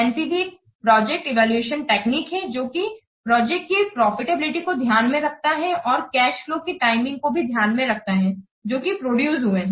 NPV एक project evaluation technique है जोकि प्रोजेक्ट की प्रॉफिटेबिलिटी को ध्यान में रखता है और कैश फ्लो की टाइमिंग को भी ध्यान में रखता है जोकि प्रोड्यूस हुए हैं